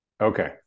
Okay